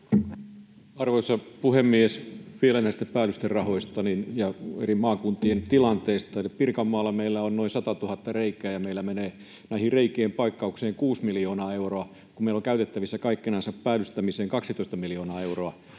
Arvoisa puhemies! Vielä näistä päällysterahoista ja eri maakuntien tilanteista: Pirkanmaalla meillä on noin 100 000 reikää, ja meillä menee reikien paikkaukseen kuusi miljoonaa euroa, kun meillä on käytettävissä kaikkinensa päällystämiseen 12 miljoonaa euroa.